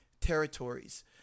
territories